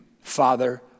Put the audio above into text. Father